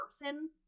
person